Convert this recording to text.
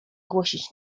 głosić